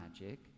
magic